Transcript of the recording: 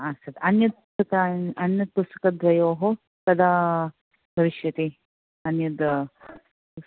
अस्तु अन्यत् पुस्तका अन्यत् पुस्तकद्वयोः कदा भविष्यति अन्यत्